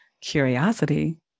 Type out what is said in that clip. curiosity